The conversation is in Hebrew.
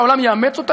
העולם יאמץ אותה,